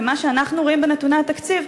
ממה שאנחנו רואים בנתוני התקציב,